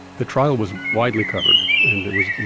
the trial was widely covered. and it was, you